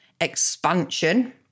expansion